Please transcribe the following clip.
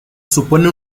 supone